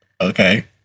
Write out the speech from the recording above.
Okay